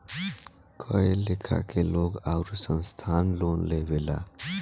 कए लेखा के लोग आउर संस्थान लोन लेवेला